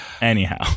Anyhow